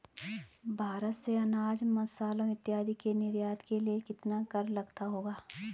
भारत से अनाज, मसालों इत्यादि के निर्यात के लिए कितना कर लगता होगा?